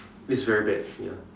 it's very bad ya